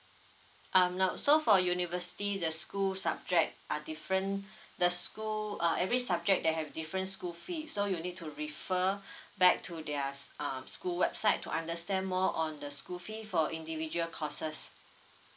um no so for university the school subject are different the school uh every subject they have different school fee so you need to refer back to theirs um school website to understand more on the school fee for individual courses